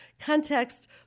context